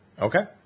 Okay